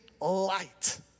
light